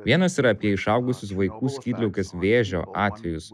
vienas yra apie išaugusius vaikų skydliaukės vėžio atvejus